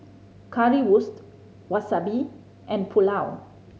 Currywurst Wasabi and Pulao